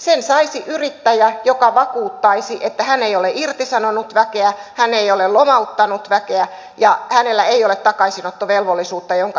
sen saisi yrittäjä joka vakuuttaisi että hän ei ole irtisanonut väkeä hän ei ole lomauttanut väkeä ja hänellä ei ole takaisinottovelvollisuutta jonka työsopimuslaki määrää